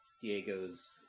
Diego's